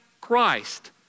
Christ